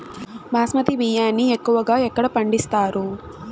బాస్మతి బియ్యాన్ని ఎక్కువగా ఎక్కడ పండిస్తారు?